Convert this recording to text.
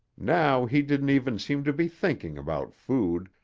now he didn't even seem to be thinking about food,